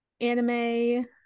anime